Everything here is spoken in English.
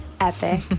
Epic